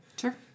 Sure